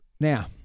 Now